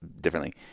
differently